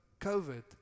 COVID